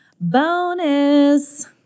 bonus